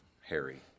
Harry